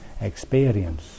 experience